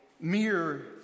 mere